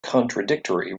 contradictory